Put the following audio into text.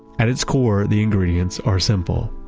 at its core the ingredients are simple,